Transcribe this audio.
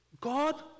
God